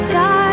God